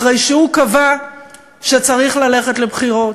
אחרי שהוא קבע שצריך ללכת לבחירות,